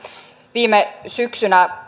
viime syksynä